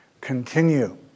Continue